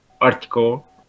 article